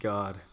God